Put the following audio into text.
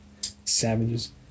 savages